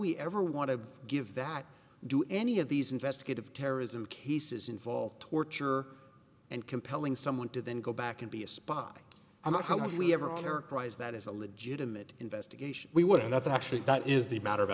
we ever want to give that do any of these investigative terrorism cases involve torture and compelling someone to then go back and be a spot on that how can we ever characterize that as a legitimate investigation we would and that's actually that is the matter